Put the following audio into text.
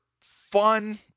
fun